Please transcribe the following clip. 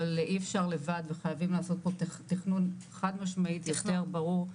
אבל אי אפשר לבד וחייבים לעשות פה תכנון חד משמעית יותר ברור,